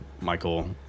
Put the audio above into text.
Michael